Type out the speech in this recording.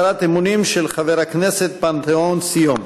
הצהרת אמונים של חבר הכנסת פנתהון סיום.